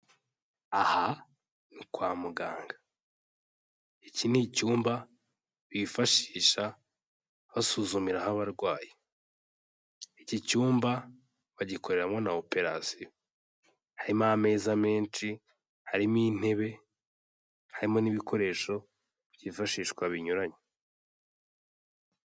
Aha ni kwa muganga, iki ni icyumba bifashisha basuzumiraho abarwayi, iki cyumba bagikoreramo na operation, harimo ameza menshi, harimo intebe, harimo n'ibikoresho byifashishwa binyuranye.